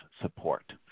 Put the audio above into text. support